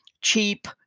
cheap